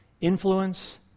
influence